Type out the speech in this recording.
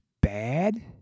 bad